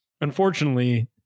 Unfortunately